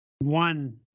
one